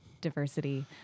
diversity